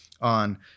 on